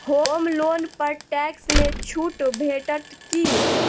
होम loan पर tax मे छुट भेटत की